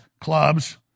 clubs